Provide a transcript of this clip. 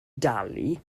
dalu